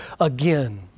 again